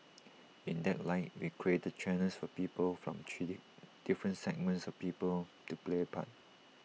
in that light we created channels for people from three different segments of people to play A part